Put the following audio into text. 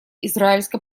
израильско